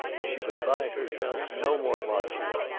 she will buy herself no more watches,